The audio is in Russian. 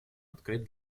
открыт